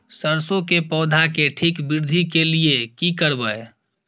सरसो के पौधा के ठीक वृद्धि के लिये की करबै?